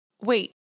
Wait